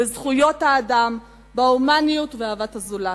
בזכויות האדם, בהומניות ובאהבת הזולת.